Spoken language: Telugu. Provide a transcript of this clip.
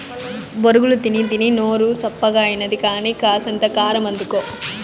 బొరుగులు తినీతినీ నోరు సప్పగాయినది కానీ, కాసింత కారమందుకో